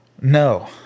no